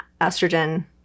estrogen